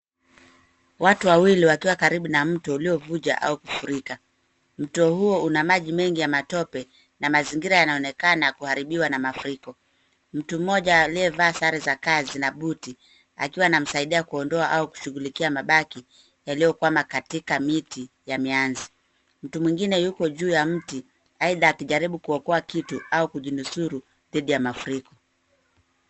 Watu wawili wakiwa karibu na mto uliyovuja au kufurika. Mto huo una maji mengi ya matope na mazingira yanaonekana kuharimbiwa na mafuriko. Mtu mmoja aliyevaa sare za kazi na buti akiwa anamsaidia kuondoa anaonekana kushugulikia mabaki yaliyokwama katika miti ya miazi. Mtu mwingine yuko juu ya mti aidha akijaribu kuokoa kitu au kujinusuru dhidi ya mafuriko.